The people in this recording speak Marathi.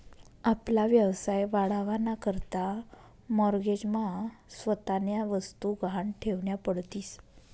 आपला व्यवसाय वाढावा ना करता माॅरगेज मा स्वतःन्या वस्तु गहाण ठेवन्या पडतीस